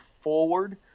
forward